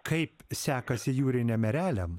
kaip sekasi jūriniam ereliam